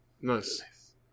nice